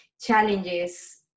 challenges